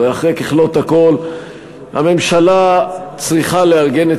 הרי אחרי ככלות הכול הממשלה צריכה לארגן את